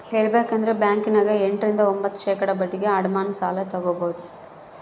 ಹೇಳಬೇಕಂದ್ರ ಬ್ಯಾಂಕಿನ್ಯಗ ಎಂಟ ರಿಂದ ಒಂಭತ್ತು ಶೇಖಡಾ ಬಡ್ಡಿಗೆ ಅಡಮಾನ ಸಾಲ ತಗಬೊದು